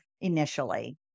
initially